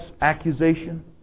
accusation